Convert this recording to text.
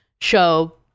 show